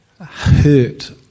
hurt